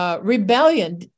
rebellion